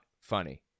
funny